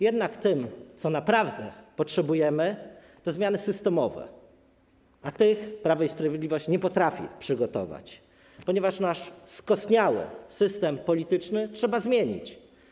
Jednak tym, czego naprawdę potrzebujemy, są zmiany systemowe, a tych Prawo i Sprawiedliwość nie potrafi przygotować, ponieważ nasz skostniały system polityczny trzeba zmienić.